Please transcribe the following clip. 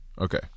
Okay